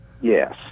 yes